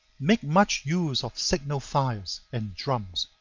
make much use of signal-fires and drums,